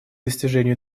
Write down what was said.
достижению